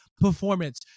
performance